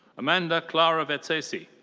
amanda clara vertesi.